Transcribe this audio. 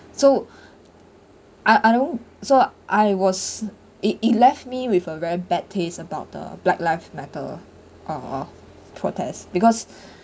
so I don't so I was it it left me with a very bad taste about the black life matter uh uh protest because